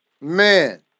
Man